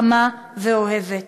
חמה ואוהבת.